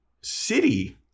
city